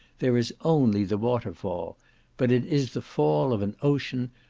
there is only the waterfall but it is the fall of an ocean,